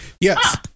Yes